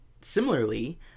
Similarly